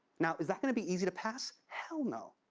now, is that gonna be easy to pass? hell no.